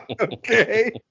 Okay